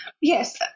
Yes